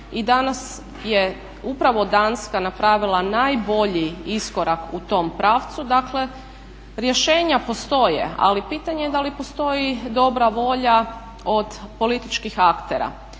i danas je upravo Danska napravila najbolji iskorak u tom pravcu. Dakle rješenja postoje, ali pitanje je da li postoji dobra volja od političkih aktera.